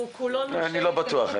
אני לא בטוח,